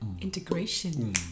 Integration